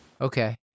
Okay